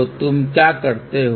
तो तुम क्या करते हो